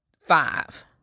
Five